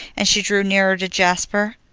and she drew nearer to jasper.